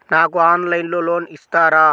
నాకు ఆన్లైన్లో లోన్ ఇస్తారా?